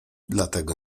dlatego